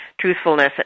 truthfulness